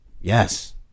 yes